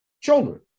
children